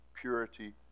purity